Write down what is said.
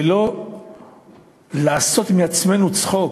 ולא לעשות מעצמנו צחוק,